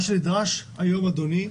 מה שנדרש היום, אדוני,